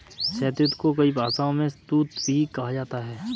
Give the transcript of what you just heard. शहतूत को कई भाषाओं में तूत भी कहा जाता है